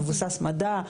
מבוסס מדע,